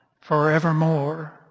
forevermore